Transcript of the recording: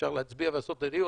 אפשר להצביע ולעשות את הדיון,